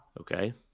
Okay